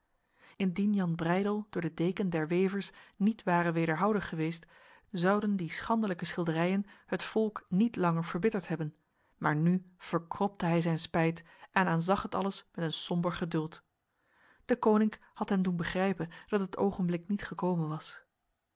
indien jan breydel door de deken der wevers niet ware wederhouden geweest zouden die schandelijke schilderijen het volk niet lang verbitterd hebben maar nu verkropte hij zijn spijt en aanzag het alles met een somber geduld deconinck had hem doen begrijpen dat het ogenblik niet gekomen was